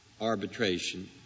arbitration